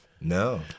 No